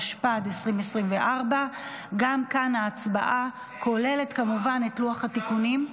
התשפ"ד 2024. גם כאן ההצבעה כוללת כמובן את לוח התיקונים.